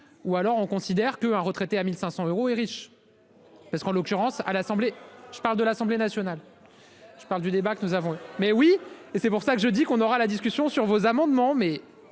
ou alors on considère que un retraité à 1500 euros et riche. Parce qu'en l'occurrence à l'Assemblée. Je parle de l'Assemblée nationale. Je parle du débat que nous avons. Mais oui, et c'est pour ça que je dis qu'on aura la discussion sur vos amendements mais